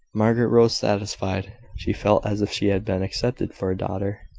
margaret rose satisfied she felt as if she had been accepted for a daughter.